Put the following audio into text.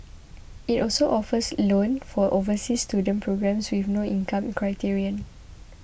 it also offers loan for overseas student programmes with no income criterion